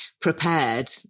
prepared